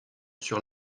sur